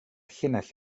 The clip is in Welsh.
llinell